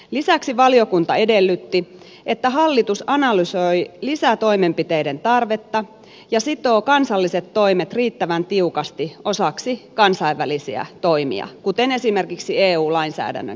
lisäksi valiokunta edellytti että hallitus analysoi lisätoimenpiteiden tarvetta ja sitoo kansalliset toimet riittävän tiukasti osaksi kansainvälisiä toimia kuten esimerkiksi eu lainsäädännön kehittämistä